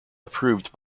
approved